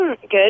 Good